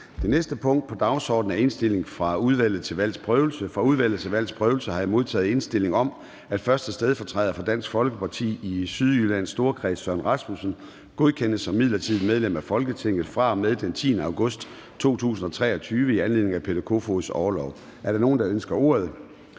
for Peter Kofod (DF). Kl. 10:01 Forhandling Formanden (Søren Gade): Fra Udvalget til Valgs Prøvelse har jeg modtaget indstilling om, at 1. stedfortræder for Dansk Folkeparti i Sydjyllands Storkreds, Søren Rasmussen, godkendes som midlertidigt medlem af Folketinget fra og med den 10. august 2023 i anledning af Peter Kofods orlov. Er der nogen, der ønsker ordet?